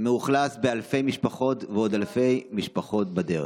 מאוכלסת באלפי משפחות, ועוד אלפי משפחות בדרך.